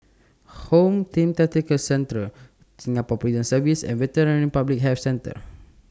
Home Team Tactical Centre Singapore Prison Service and Veterinary Public Health Centre